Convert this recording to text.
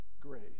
grace